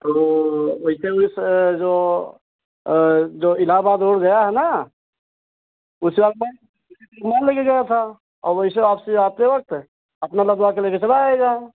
तो वैसे भी सर जो जो इलाहाबाद में गया है ना उसे आप वहाँ लेकर गया था और वैसे आपसे आते वक़्त अपना लगवाकर लेकर चला जाएगा